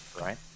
right